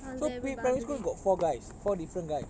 so P primary school got four guys for different guys